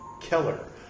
keller